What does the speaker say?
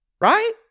Right